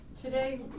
Today